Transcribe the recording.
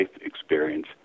experience